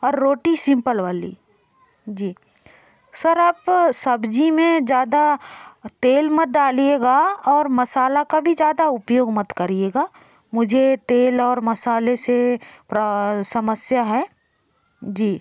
और रोटी सिंपल वाली जी सर आप सब्जी में ज़्यादा तेल मत डालिएगा और मसाला का भी ज़्यादा उपयोग मत करिएगा मुझे तेल और मसाले से समस्या है जी